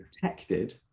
protected